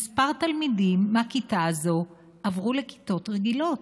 כמה תלמידים מהכיתה הזו עברו לכיתות רגילות,